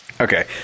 Okay